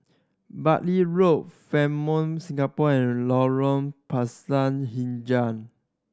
Bartley Road Fairmont Singapore and Lorong Pisang Hijau